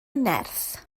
nerth